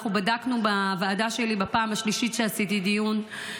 אנחנו בדקנו בוועדה שלי בפעם השלישית שעשיתי דיון,